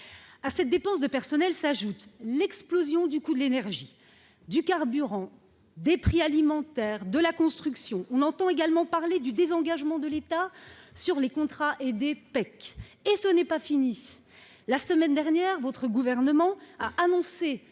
À cette dépense de personnel s'ajoute l'explosion du coût de l'énergie et du carburant, des prix alimentaires ou de la construction. On entend également parler d'un désengagement de l'État sur les contrats aidés des parcours emploi compétences (PEC). Et ce n'est pas fini ! La semaine dernière, votre gouvernement a annoncé